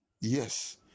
Yes